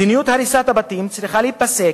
מדיניות הריסת הבתים צריכה להיפסק,